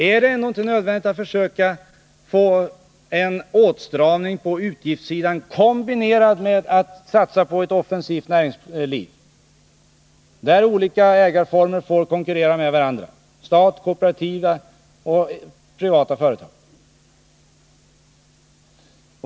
Är det ändå inte nödvändigt att försöka få en åtstramning på utgiftssidan, kombinerad med satsning på ett offensivt näringsliv, där olika ägarformer får konkurrera med varandra — statliga, kooperativa och privata företag?